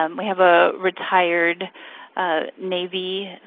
um we have a retired navy